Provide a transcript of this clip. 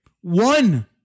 One